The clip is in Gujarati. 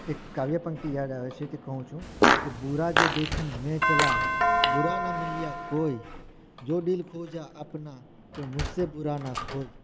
એક કાવ્ય પંક્તિ યાદ આવે છે તે કહું છું કે બુરા જો દેખન મે ચલા બુરા ના મીલ્યા કોઈ જો દિલ ખોજા અપના તો મુજસે બુરા ના કોઈ